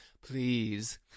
please